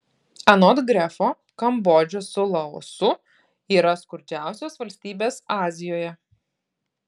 anot grefo kambodža su laosu yra skurdžiausios valstybės azijoje